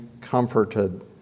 comforted